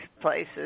places